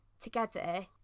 together